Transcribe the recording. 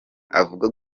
avuga